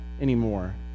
anymore